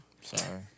Sorry